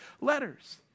letters